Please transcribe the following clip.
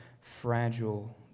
fragile